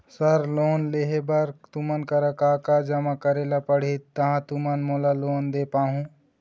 Sir loan लेहे बर तुमन करा का का जमा करें ला पड़ही तहाँ तुमन मोला लोन दे पाहुं?